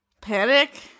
Panic